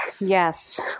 Yes